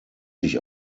sich